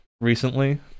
recently